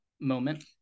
moment